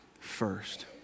first